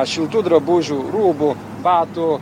šiltų drabužių rūbų batų